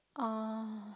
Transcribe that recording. oh